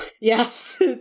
Yes